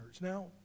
Now